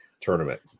tournament